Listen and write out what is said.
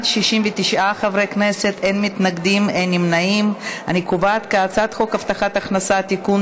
ההצעה להעביר את הצעת חוק הבטחת הכנסה (תיקון,